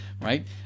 right